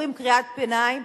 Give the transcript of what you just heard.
קוראים קריאת ביניים